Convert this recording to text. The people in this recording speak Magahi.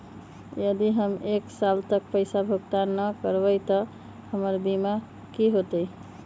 यदि हम एक साल तक पैसा भुगतान न कवै त हमर बीमा के की होतै?